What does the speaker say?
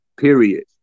Period